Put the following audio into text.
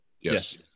Yes